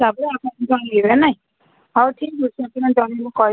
ସବୁ ନାଇଁ ହଉ ଠିକ୍ ଅଛି ଆପଣ ମୁଁ କହିବି